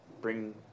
bring